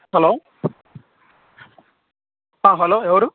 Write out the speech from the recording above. hello hello ఎవరు